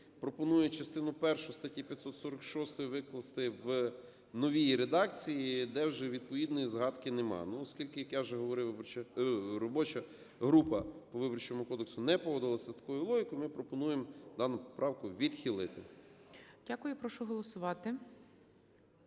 пропонує частину першу статті 546 викласти в новій редакції, де вже відповідної згадки нема. Ну оскільки, як я вже говорив, робоча група в Виборчому кодексі не погодилася з такою логікою, ми пропонуємо дану поправку відхилити.